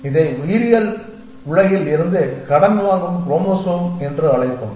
இதை உயிரியல் உலகில் இருந்து கடன் வாங்கும் குரோமோசோம் என்று அழைப்போம்